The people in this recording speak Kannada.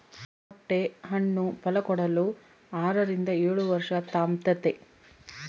ಮೊಟ್ಟೆ ಹಣ್ಣು ಫಲಕೊಡಲು ಆರರಿಂದ ಏಳುವರ್ಷ ತಾಂಬ್ತತೆ